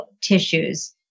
tissues